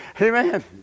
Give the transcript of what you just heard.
Amen